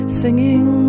singing